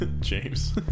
James